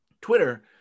Twitter